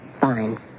Fine